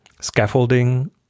scaffolding